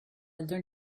learn